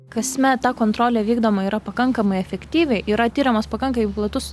kasmet ta kontrolė vykdoma yra pakankamai efektyviai yra tiriamas pakankamai platus